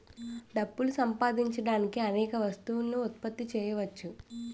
డబ్బులు సంపాదించడానికి అనేక వస్తువులను ఉత్పత్తి చేయవచ్చు